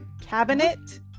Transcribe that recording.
Cabinet